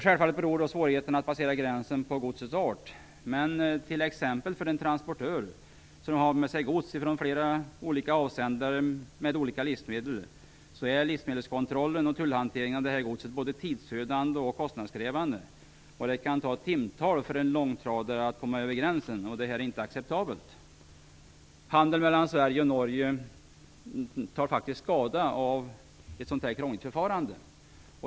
Självfallet beror svårigheterna att passera gränsen på godsets art, men t.ex. för en transportör som har med sig gods från flera olika avsändare med olika livsmedel är livsmedelskontrollen och tullhanteringen av detta gods både tidsödande och kostnadskrävande. Det kan ta timmar för en långtradare att komma över gränsen. Detta är inte acceptabelt. Handeln mellan Sverige och Norge tar faktiskt skada av ett sådant här krångligt förfarande.